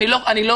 אני לא מזלזלת,